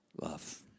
Love